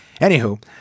Anywho